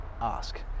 ask